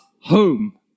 home